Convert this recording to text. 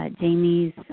Jamie's